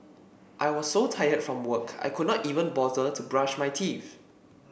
I was so tired from work I could not even bother to brush my teeth